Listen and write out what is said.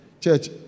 Church